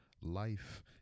life